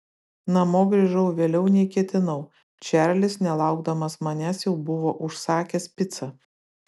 namo grįžau vėliau nei ketinau čarlis nelaukdamas manęs jau buvo užsakęs picą